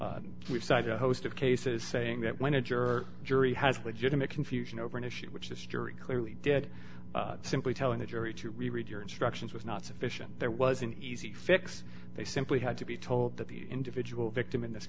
a host of cases saying that when a juror jury has legitimate confusion over an issue which this jury clearly did simply telling the jury to read your instructions was not sufficient there was an easy fix they simply had to be told that the individual victim in this